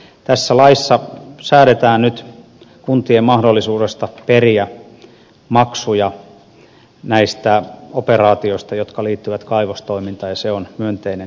tässä laissa säädetään nyt kuntien mahdollisuudesta periä maksuja näistä operaatioista jotka liittyvät kaivostoimintaan ja se on myönteinen positiivinen asia